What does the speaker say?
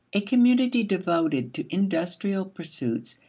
a community devoted to industrial pursuits,